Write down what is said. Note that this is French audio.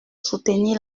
soutenir